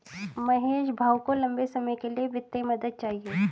महेश भाऊ को लंबे समय के लिए वित्तीय मदद चाहिए